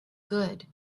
good